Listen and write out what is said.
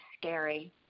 scary